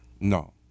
No